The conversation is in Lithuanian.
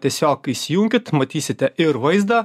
tiesiog įsijunkit matysite ir vaizdą